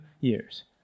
years